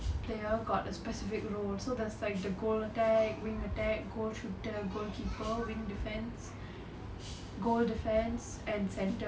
player got a specific role so there's like the goal attack wing attack goal shooter the goalkeeper wing defense goal defense and centre